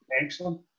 excellent